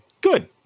Good